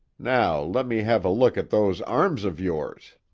now let me have a look at those arms of yours.